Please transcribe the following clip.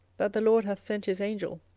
that the lord hath sent his angel,